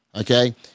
Okay